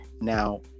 now